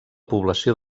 població